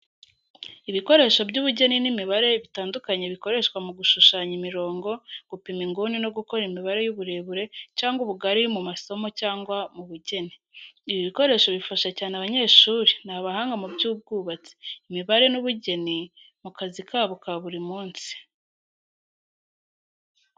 Ibikoresho by’ubugeni n’imibare bitandukanye bikoreshwa mu gushushanya imirongo, gupima inguni no gukora imibare y’uburebure cyangwa ubugari mu masomo cyangwa mu bugeni. Ibi bikoresho bifasha cyane abanyeshuri n’abahanga mu by’ubwubatsi, imibare n’ubugeni mu kazi kabo ka buri munsi.